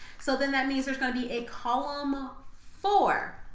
so then that means there's going to be a column four